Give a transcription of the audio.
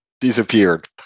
disappeared